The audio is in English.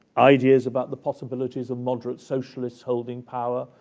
ideas about the possibilities of moderate socialists holding power.